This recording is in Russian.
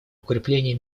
укрепление